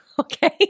Okay